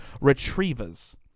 Retrievers